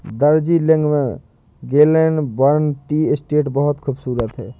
दार्जिलिंग में Glenburn tea estate बहुत खूबसूरत है